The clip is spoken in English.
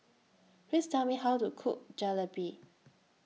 Please Tell Me How to Cook Jalebi